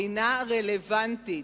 אינה רלוונטית.